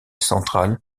centrale